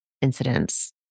incidents